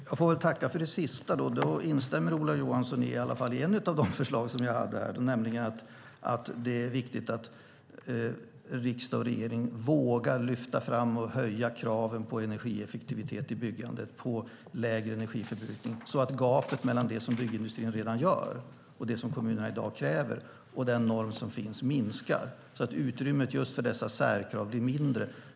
Herr talman! Jag får väl tacka för det sista. Då instämmer Ola Johansson i alla fall i ett av de förslag som jag hade, nämligen att det är viktigt att riksdag och regering vågar lyfta fram och höja kraven på energieffektivitet i byggandet, på lägre energiförbrukning, så att gapet mellan det som byggindustrin redan gör, det som kommunerna i dag kräver och den norm som finns minskar och utrymmet för just dessa särkrav blir mindre.